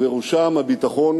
ובראשם הביטחון